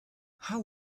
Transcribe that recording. how